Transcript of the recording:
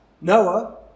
Noah